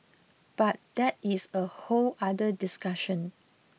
but that is a whole other discussion